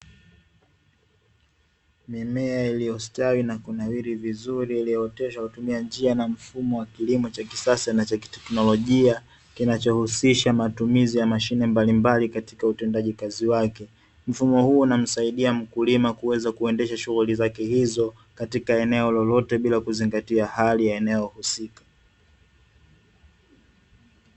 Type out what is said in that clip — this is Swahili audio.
Mimea iliyostawi na kunawili vizuri iliyooteshwa kwa kutumia njia na mfumo wa kisasa wa kitekinolojia kinachohusisha matumizi ya mashine mbalimbali katika utendaji kazi wake. Mfumo huu unamsaidia mkulima kuweza kuendesha shughuli zake hizo katika eneo lolote bila kuzingatia hali ya eneo husika.